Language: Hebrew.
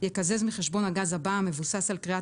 יקזז מחשבון הגז הבא המבוסס על קריאת